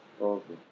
Okay